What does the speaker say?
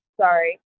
sorry